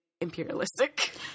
imperialistic